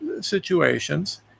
situations